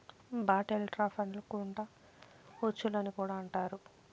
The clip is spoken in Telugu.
బాటిల్ ట్రాప్లను కుండ ఉచ్చులు అని కూడా అంటారు